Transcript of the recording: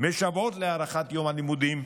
להארכת יום הלימודים.